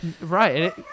Right